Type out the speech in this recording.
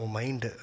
mind